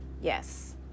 yes